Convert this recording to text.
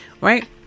right